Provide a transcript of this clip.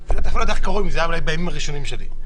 זה היה בימים הראשונים שלי.